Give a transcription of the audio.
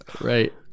Right